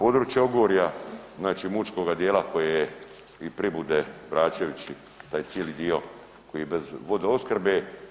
Područje Ogorja, znači Mućkoga dijela koje je i Pribude vraćajući taj cijeli dio koji je bez vodoopskrbe.